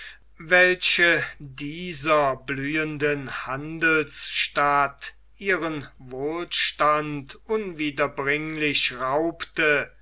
welche dieser blühenden handelsstadt ihren wohlstand unwiederbringlich raubte